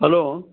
hello